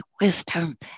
wisdom